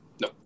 No